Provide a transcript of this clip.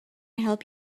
help